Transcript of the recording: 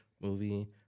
movie